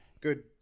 good